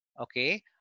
Okay